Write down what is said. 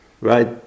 Right